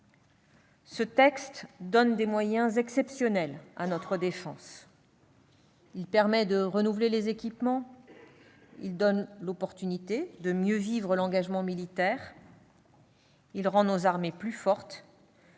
Ce texte donne des moyens exceptionnels à notre défense : il permet de renouveler les équipements ; il donne l'opportunité de mieux vivre l'engagement militaire ; il rend nos armées plus fortes,